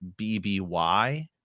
BBY